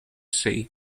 sea